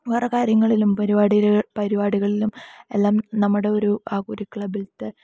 വേറെ കാര്യങ്ങളിലും പരിപാടി പരിപാടികളിലും എല്ലാം നമ്മുടെ ഒരു അ ഒരു ക്ലബ്ബിലത്തെ